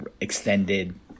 extended